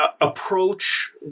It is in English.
approach